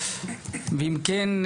ואם כן,